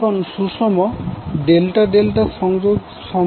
এখন সুষম ∆∆ সংযোগ সম্পর্কে আলোচনা করবো